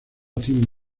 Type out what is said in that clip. tim